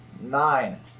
Nine